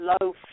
low